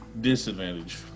Disadvantage